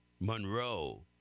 Monroe